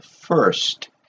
first